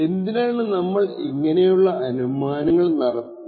എന്തിനാണ് നമ്മൾ ഇങ്ങനെയുള്ള അനുമാനങ്ങൾ നടത്തുന്നത്